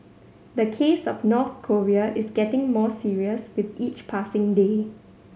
the case of North Korea is getting more serious with each passing day